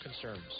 concerns